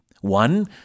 One